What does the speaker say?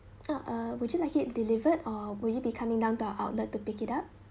orh uh would you like it delivered or will you be coming down to our outlet to pick it up